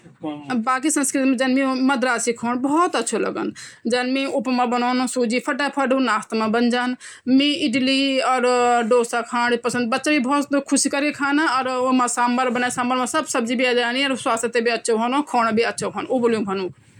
जानवरो माँ बोली जांदू की सबसे तेज़ जानवर जो ची वो चीता ची और सबसे दीमु ची जो जानवर स्लो जो बहुत डीरे चलन वो ची कछुवा तोह द्वी जानवर बहुत यानि चीन |